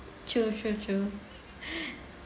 true true true